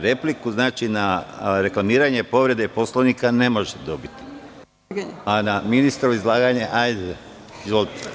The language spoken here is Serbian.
Repliku na reklamiranje povrede Poslovnika ne možete dobiti, a na ministrovo izlaganje izvolite.